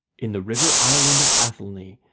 in the river island of athelney,